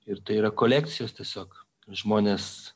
ir tai yra kolekcijos tiesiog žmonės